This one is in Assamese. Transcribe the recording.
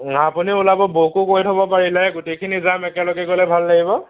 আপুনিও ওলাব বৌকো কৈ থ'ব পাৰিলে গোটেইখিনি যাম একেলগে গ'লে ভাল লাগিব